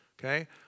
Okay